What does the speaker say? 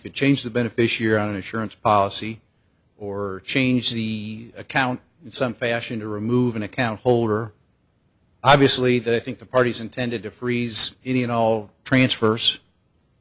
could change the beneficiary on insurance policy or change the account in some fashion to remove an account holder obviously they think the parties intended to freeze any and all transfers